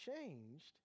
changed